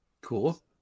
cool